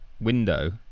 window